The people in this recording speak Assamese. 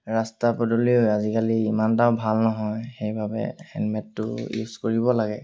ৰাস্তা পদূলিও আজিকালি ইমান এটাও ভাল নহয় সেইবাবে হেলমেটটো ইউজ কৰিব লাগে